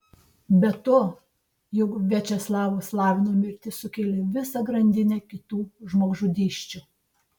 be to juk viačeslavo slavino mirtis sukėlė visą grandinę kitų žmogžudysčių